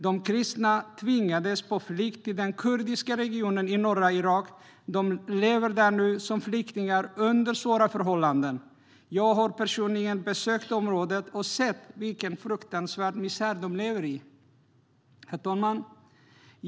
De kristna tvingades på flykt till den kurdiska regionen i norra Irak. De lever nu där som flyktingar under svåra förhållanden. Jag har personligen besökt området och sett vilken fruktansvärd misär som de lever i. Herr talman!